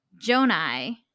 Jonai